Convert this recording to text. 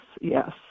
yes